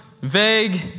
vague